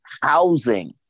housing